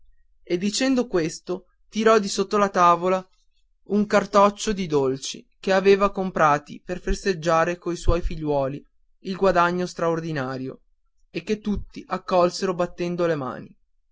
e dicendo questo tirò di sotto alla tavola un cartoccio di dolci che aveva comprati per festeggiare coi suoi figliuoli il guadagno straordinario e che tutti accolsero battendo le mani